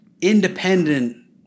independent